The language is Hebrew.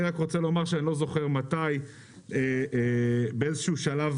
אני לא זוכר מתי או באיזה שלב